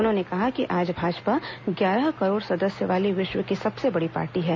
उन्होंने कहा कि आज भाजपा ग्यारह करोड़ सदस्य वाली विश्व की सबसे बड़ी पार्टी है